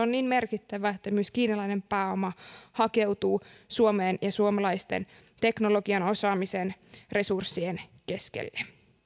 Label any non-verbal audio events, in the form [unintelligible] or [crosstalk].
[unintelligible] on globaalisti niin merkittävä että myös kiinalainen pääoma hakeutuu suomeen ja suomalaisten teknologian osaamisen resurssien keskelle